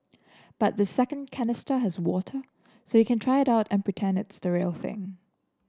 but the second canister has water so you can try it out and pretend it's the real thing